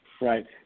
Right